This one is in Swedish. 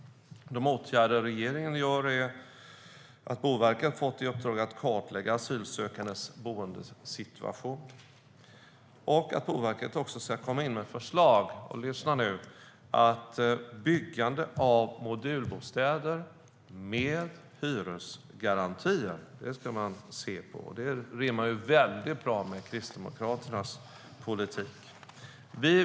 En åtgärd som regeringen gör är att ge Boverket i uppdrag att kartlägga asylsökandes boendesituation. Boverket också ska komma in med förslag - lyssna nu - om byggande av modulbostäder med hyresgarantier. Detta rimmar väldigt bra med Kristdemokraternas politik.